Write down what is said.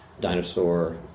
dinosaur